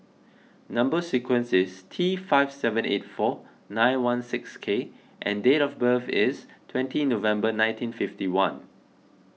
Number Sequence is T five seven eight four nine one six K and date of birth is twenty November nineteen fifty one